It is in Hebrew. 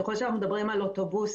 ככל שאנחנו מדברים על אוטובוסים,